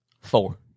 Four